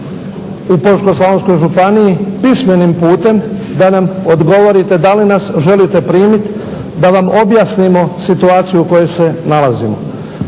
u Požeško-slavonskoj županiji pismenim putem da nam odgovorite da li nas želite primiti da vam objasnimo situaciju u kojoj se nalazimo.